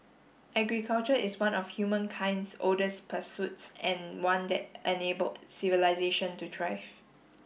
agriculture is one of humankind's oldest pursuits and one that enabled civilisation to thrive